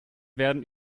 werden